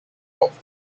off